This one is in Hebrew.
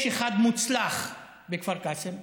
יש אחד מוצלח בכפר קאסם.